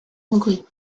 hongrie